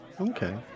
Okay